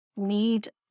Need